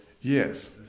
yes